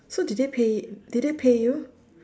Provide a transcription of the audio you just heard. so did they pay did they pay you